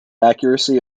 accuracy